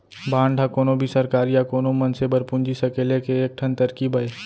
bond ह कोनो भी सरकार या कोनो मनसे बर पूंजी सकेले के एक ठन तरकीब अय